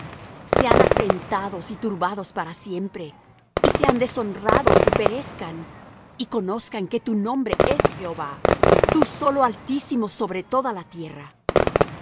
jehová sean afrentados y turbados para siempre y sean deshonrados y perezcan y conozcan que tu nombre es jehova tú solo altísimo sobre toda la tierra